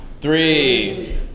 Three